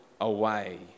away